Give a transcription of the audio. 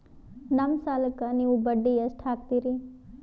ನಮ್ಮ ಸಾಲಕ್ಕ ನೀವು ಬಡ್ಡಿ ಎಷ್ಟು ಹಾಕ್ತಿರಿ?